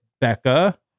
Becca